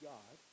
God